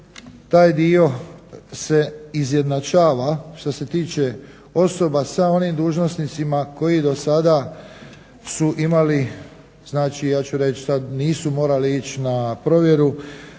taj dio se izjednačava što se tiče osoba sa onim dužnosnicima koji do sada su imali znači ja ću reći sad nisu morali ići na provjeru.